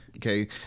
Okay